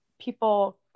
people